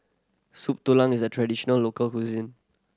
Soup Tulang is a traditional local cuisine